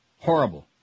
Horrible